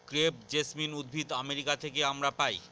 crepe jasmine উদ্ভিদ America থেকে আমরা পাই